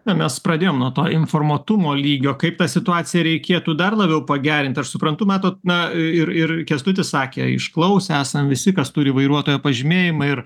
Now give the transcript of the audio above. na mes pradėjom nuo to informuotumo lygio kaip tą situaciją reikėtų dar labiau pagerint aš suprantu matot na ir ir kęstutis sakė išklausė esam visi kas turi vairuotojo pažymėjimą ir